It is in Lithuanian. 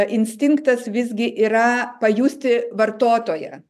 instinktas visgi yra pajusti vartotoją